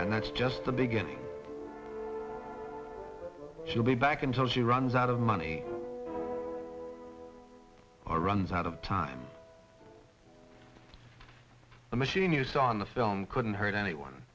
and that's just the beginning she'll be back until she runs out of money or runs out of time the machine you saw in the film couldn't hurt anyone